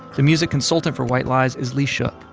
the music consultant for white lies is lee shook.